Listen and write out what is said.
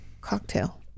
cocktail